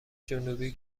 جنوبی